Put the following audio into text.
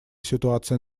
ситуация